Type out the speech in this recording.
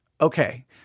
okay